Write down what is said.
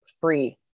free